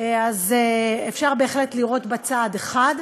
אז אפשר בהחלט לראות בה צעד אחד,